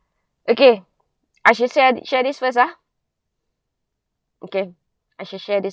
okay I shall share share this first ah okay I shall share this